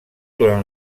durant